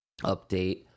update